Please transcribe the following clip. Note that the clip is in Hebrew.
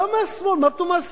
לא מהשמאל, מה פתאום מהשמאל?